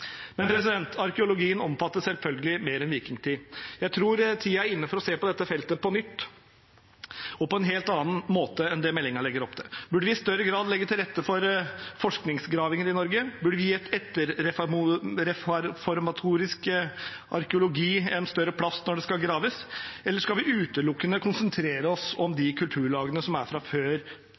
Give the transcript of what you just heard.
selvfølgelig mer enn vikingtid. Jeg tror tiden er inne for å se på dette feltet på nytt og på en helt annen måte enn meldingen legger opp til. Burde vi i større grad legge til rette for forskningsgravinger i Norge? Burde vi gi etterreformatorisk arkeologi en større plass når det skal graves, eller skal vi utelukkende konsentrere oss om kulturlagene som er fra før